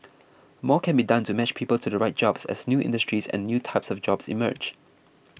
more can be done to match people to the right jobs as new industries and new types of jobs emerge